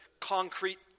concrete